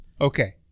Okay